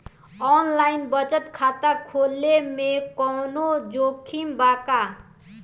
Online बचत खाता खोले में कवनो जोखिम बा का?